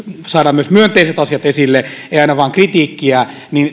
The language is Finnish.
myös myönteiset asiat esille ei aina vain kritiikkiä